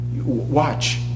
Watch